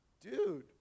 dude